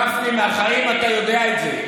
גפני, מהחיים, אתה יודע את זה.